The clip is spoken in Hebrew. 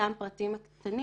הפרטים הקטנים